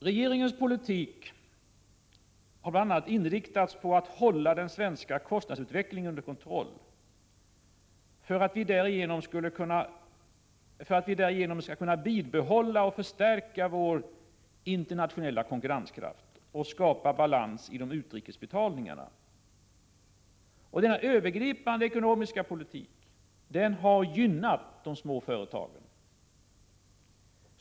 Regeringens politik har bl.a. inriktats på att hålla den svenska kostnadsutvecklingen under kontroll för att vi därigenom skall kunna bibehålla och förstärka vår internationella konkurrenskraft och skapa balans i utrikesbetalningarna. Denna övergripande ekonomiska politik har gynnat de små företagen.